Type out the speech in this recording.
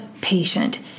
patient